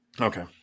okay